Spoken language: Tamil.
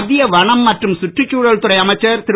மத்திய வனம் மற்றும் சுற்றுச்சூழல் துறை அமைச்சர் திரு